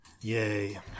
Yay